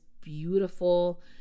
beautiful